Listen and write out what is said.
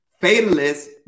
Fatalist